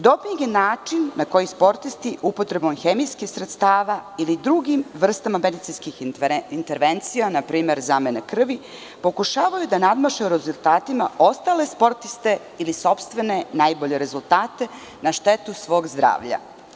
Doping je način na koji sportisti, upotrebom hemijskih sredstava ili drugim vrstama medicinskih intervencija, na primer, zamene krvi, pokušavaju da nadmaše rezultatima ostale sportiste ili sopstvene najbolje rezultate na štetu svog zdravlja.